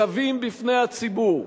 שווים בפני הציבור.